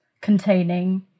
containing